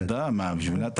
בשביל מה אתה